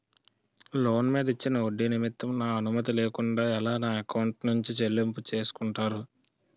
Loan మీద ఇచ్చిన ఒడ్డి నిమిత్తం నా అనుమతి లేకుండా ఎలా నా ఎకౌంట్ నుంచి చెల్లింపు చేసుకుంటారు?